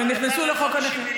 הם נכנסו לחוק הנכים.